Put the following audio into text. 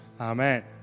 Amen